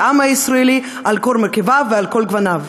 בעם הישראלי על כל מרכיביו ועל כל גווניו.